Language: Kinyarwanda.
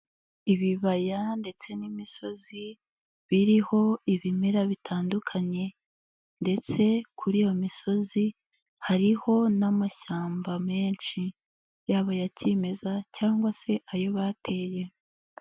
Ibibaya ndetse n'imisozi biriho ibimera bitandukanye ndetse kuri iyo misozi hariho n'amashyamba menshi, yaba ayacyimeza cyangwa se ayo bateye.